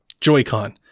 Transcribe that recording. Joy-Con